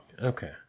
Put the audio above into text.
Okay